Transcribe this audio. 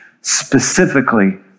specifically